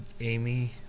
Amy